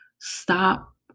stop